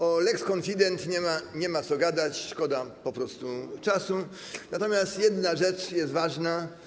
O lex konfident nie ma co gadać, szkoda po prostu czasu, natomiast jedna rzecz jest ważna.